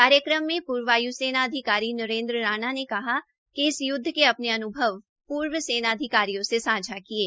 कार्यक्रम में पूर्व वाय्सेना अधिकारी नरेन्द्र राणा ने इस यूदव के अपने अन्भव पूर्व सेना अधिकारियों से सांझा किये